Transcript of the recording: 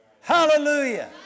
Hallelujah